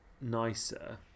nicer